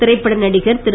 திரைப்பட நடிகர் திரு